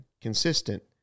consistent